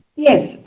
yes.